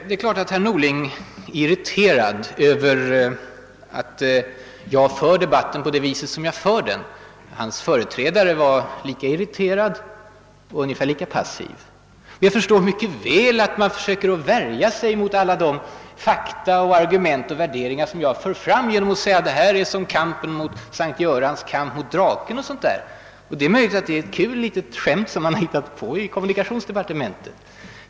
Det är klart att herr Norling är irriterad över att jag för debatten på det viset som jag för den — hans företrädare var lika irriterad, och ungefär lika passiv. Jag förstår mycket väl att han försöker värja sig mot alla de fakta, argument och värderingar, som jag för fram. Han säger att detta är som S:t Görans kamp mot draken — det är möjligt att detta är ett skojigt litet skämt som man har hittat på i kommunikationsdepartementet.